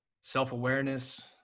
self-awareness